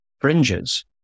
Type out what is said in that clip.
fringes